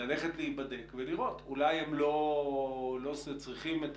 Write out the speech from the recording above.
ללכת להיבדק ולראות, אולי הם לא צריכים את